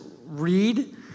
read